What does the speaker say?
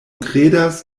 kredas